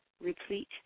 replete